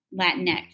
Latinx